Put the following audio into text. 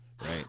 Right